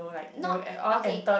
not okay